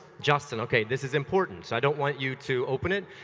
justin, okay, this is important. so, i don't want you to open it.